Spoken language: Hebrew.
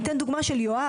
אני אתן דוגמא של יואב.